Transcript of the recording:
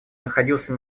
находился